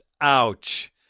ouch